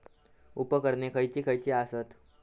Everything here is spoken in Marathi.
उपकरणे खैयची खैयची आसत?